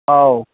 औ